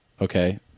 Okay